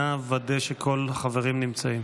אנא ודא שכל החברים נמצאים.